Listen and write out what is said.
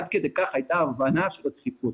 עד כדי כך הייתה הבנה של הדחיפות.